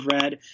read